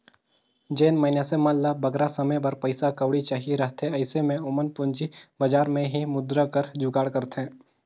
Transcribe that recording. जेन मइनसे मन ल बगरा समे बर पइसा कउड़ी चाहिए रहथे अइसे में ओमन पूंजी बजार में ही मुद्रा कर जुगाड़ करथे